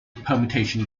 permutation